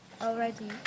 already